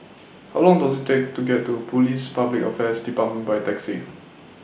How Long Does IT Take to get to Police Public Affairs department By Taxi